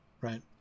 right